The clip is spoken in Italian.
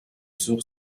sur